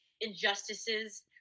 injustices